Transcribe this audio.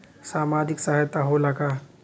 सामाजिक सहायता होला का?